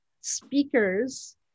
speakers